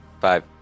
Five